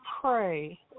pray